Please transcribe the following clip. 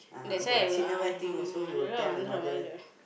that's why uh